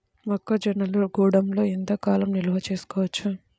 మొక్క జొన్నలు గూడంలో ఎంత కాలం నిల్వ చేసుకోవచ్చు?